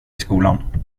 skolan